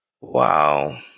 Wow